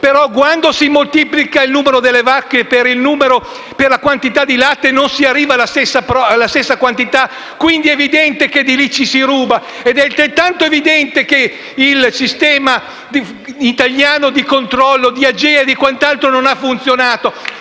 però quando si moltiplica il numero delle vacche per la quantità di latte, non si arriva alla stessa quantità. Quindi, è evidente che ci si ruba, come è altrettanto evidente che il sistema italiano di controllo di AGEA non ha funzionato.